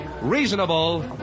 reasonable